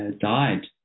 died